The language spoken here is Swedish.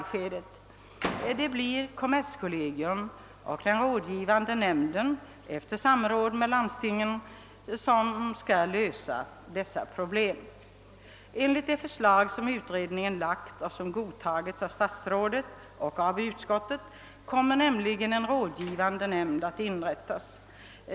Det blir kommerskollegii och den rådgivande nämndens sak att efter samråd med landstingen lösa de problemen. Enligt det förslag utredningen framlagt och som har godtagits av statsrådet och utskottet kommer nämligen en rådgivande nämnd att inrättas.